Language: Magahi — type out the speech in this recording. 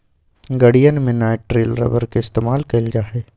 गड़ीयन में नाइट्रिल रबर के इस्तेमाल कइल जा हई